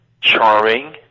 charming